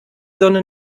sonne